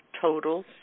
total